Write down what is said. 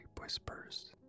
Whispers